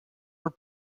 were